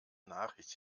nachricht